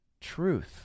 truth